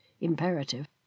imperative